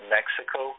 Mexico